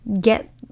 get